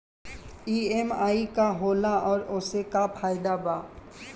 EMI का होला और ओसे का फायदा बा?